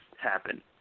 happen